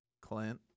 Clint